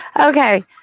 Okay